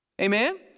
Amen